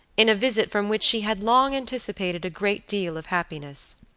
in a visit from which she had long anticipated a great deal of happiness.